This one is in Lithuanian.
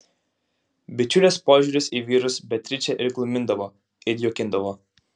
bičiulės požiūris į vyrus beatričę ir glumindavo ir juokindavo